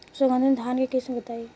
सुगंधित धान के किस्म बताई?